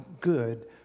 good